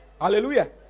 Hallelujah